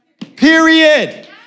Period